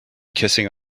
kissing